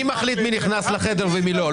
אני מחליט מי נכנס לחדר ומי לא,